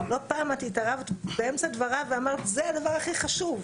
לא פעם התערבת באמצע דבריו ואמרת שמבחינתך "זה הדבר הכי חשוב,